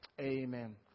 Amen